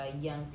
young